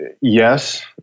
yes